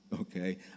Okay